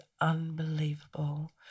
unbelievable